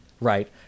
right